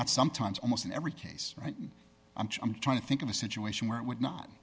not sometimes almost in every case right i'm trying to think of a situation where it would not